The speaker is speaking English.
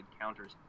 counters